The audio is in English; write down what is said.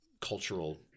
cultural